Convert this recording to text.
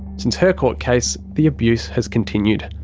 since her court case the abuse has continued.